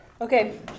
Okay